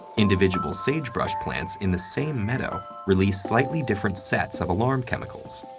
individual sagebrush plants in the same meadow release slightly different sets of alarm chemicals.